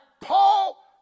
Paul